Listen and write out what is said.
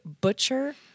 butcher